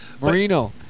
Marino